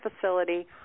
facility